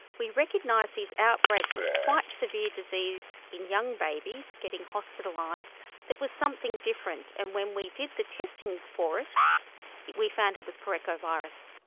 we recognise these outbreaks of quite severe disease in young babies getting hospitalised that was something different. and when we did the testing for it we found it was parechovirus.